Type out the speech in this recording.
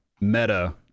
meta